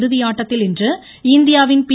இறுதி ஆட்டத்தில் இன்று இந்தியாவின் பி